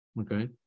okay